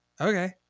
okay